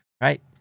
Right